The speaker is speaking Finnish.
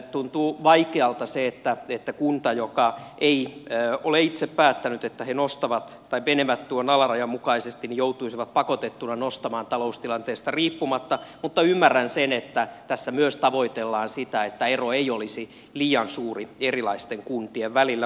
tuntuu vaikealta se että kunta joka ei ole itse päättänyt että nostaa tai menee tuon alarajan mukaisesti joutuisi pakotettuna nostamaan taloustilanteesta riippumatta mutta ymmärrän sen että tässä myös tavoitellaan sitä että ero ei olisi liian suuri erilaisten kuntien välillä